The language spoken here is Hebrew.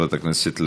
חברת הכנסת לביא,